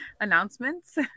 announcements